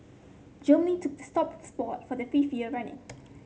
Germany took the top spot for the fifth year running